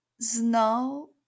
Snow